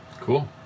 Cool